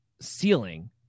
ceiling